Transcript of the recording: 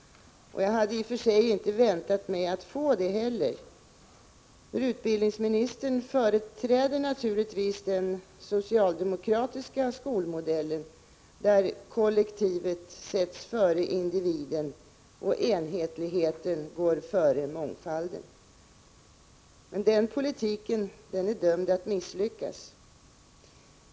Jag hade i och för sig inte väntat mig att få det heller, för utbildningsministern företräder naturligtvis den socialdemokratiska skolmodellen, där kollektivet sätts före individen och enhetligheten går före mångfalden. Men den politiken är dömd att misslyckas.